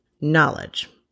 knowledge